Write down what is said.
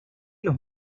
los